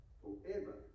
forever